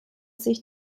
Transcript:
sich